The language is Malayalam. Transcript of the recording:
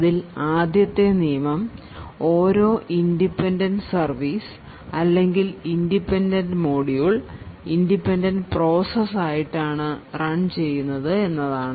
അതിൽ ആദ്യത്തെ നിയമം ഓരോ ഇൻഡിപെൻഡൻറ് സർവീസ് അല്ലെങ്കിൽ ഇൻഡിപെൻഡൻറ് മോഡ്യൂൾ ഇൻഡിപെൻഡൻറ് പ്രോസസ് ആയിട്ടാണ് റൺ ചെയ്യുന്നത് എന്നതാണ്